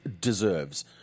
deserves